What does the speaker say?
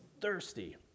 thirsty